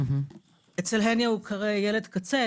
אצל הניה ייקרא ילד קצה.